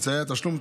אמצעי התשלום,